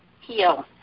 heal